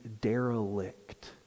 derelict